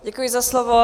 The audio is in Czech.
Děkuji za slovo.